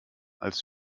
als